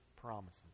promises